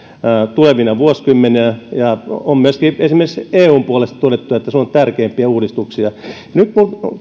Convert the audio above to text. tulevina vuosikymmeninä ja on myöskin esimerkiksi eun puolesta todettu että se on suomen tärkeimpiä uudistuksia